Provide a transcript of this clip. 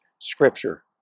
scripture